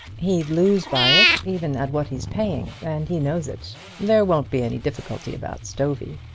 he'd lose by it even at what he's paying, and he knows it. there won't be any difficulty about stovey.